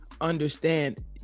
understand